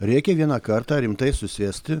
reikia vieną kartą rimtai susėsti